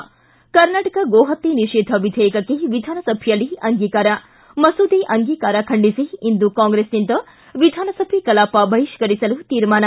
ಿ ಕರ್ನಾಟಕ ಗೋಹತ್ಯೆ ನಿಷೇಧ ವಿಧೇಯಕಕ್ಕೆ ವಿಧಾನಸಭೆಯಲ್ಲಿ ಅಂಗೀಕಾರ ಮಸೂದೆ ಅಂಗೀಕಾರ ಖಂಡಿಸಿ ಇಂದು ಕಾಂಗ್ರೆಸ್ನಿಂದ ವಿಧಾನಸಭೆ ಕಲಾಪ ಬಹಿಷ್ಕರಿಸಲು ತೀರ್ಮಾನ